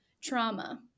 trauma